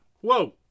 Whoa